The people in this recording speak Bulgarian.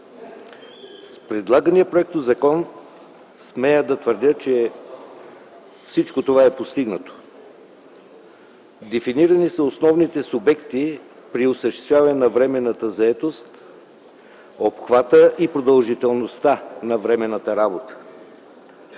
С предлагания законопроект смея да твърдя, че всичко това е постигнато. Дефинирани са основните субекти при осъществяване на временната заетост, обхватът и продължителността на временната работа.